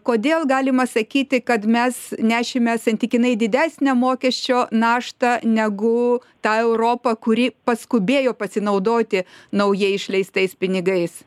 kodėl galima sakyti kad mes nešime santykinai didesnę mokesčio naštą negu ta europa kuri paskubėjo pasinaudoti naujai išleistais pinigais